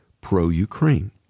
pro-Ukraine